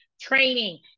training